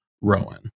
Rowan